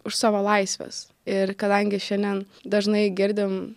už savo laisves ir kadangi šiandien dažnai girdim